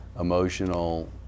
emotional